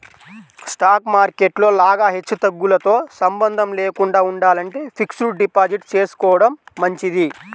stock market లో లాగా హెచ్చుతగ్గులతో సంబంధం లేకుండా ఉండాలంటే ఫిక్స్డ్ డిపాజిట్ చేసుకోడం మంచిది